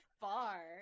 far